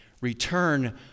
return